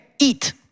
eat